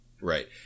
Right